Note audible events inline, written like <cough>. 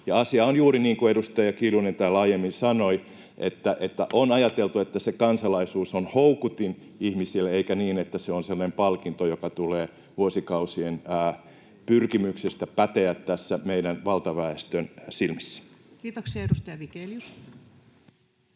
Asia on juuri niin kuin edustaja Kiljunen täällä aiemmin sanoi, että on ajateltu, <noise> että se kansalaisuus on houkutin ihmisille, eikä niin, että se on semmoinen palkinto, joka tulee vuosikausien pyrkimyksestä päteä <noise> meidän valtaväestön silmissä. [Speech 47] Speaker: